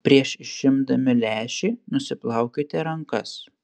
prieš išimdami lęšį nusiplaukite rankas